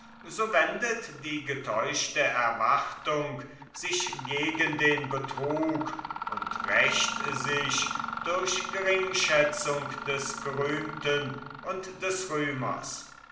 so wendet die getäuschte erwartung sich gegen den betrug und rächt sich durch geringschätzung des gerühmten und des rühmers